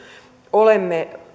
olemme